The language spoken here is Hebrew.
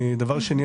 דבר שני,